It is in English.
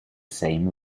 same